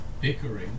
bickering